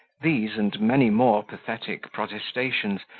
these and many more pathetic protestations,